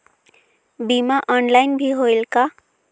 बीमा ऑनलाइन भी होयल का?